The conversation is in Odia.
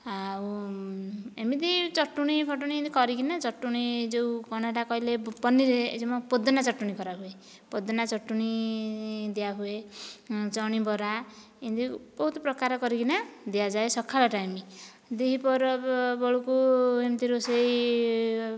ଆଉ ଏମିତି ଚଟଣି ଫଟୁଣି କରିକିନା ଚଟଣି ଯେଉଁ କଣ ସେଇଟା କହିଲି ପନିର୍ ଏ ଯେଉଁ ପୋଦିନା ଚଟଣି ପରା ପୋଦିନା ଚଟଣି ଦିଆହୁଏ ଚଣି ବରା ଏନ୍ତି ବହୁତ୍ ପ୍ରକାର କରିକି ଦିଆଯାଏ ସଖାଳେ ଟାଇମ୍ ଦ୍ଵିପ୍ରହର ବେଳକୁ ଏନ୍ତି ରୋଷେଇ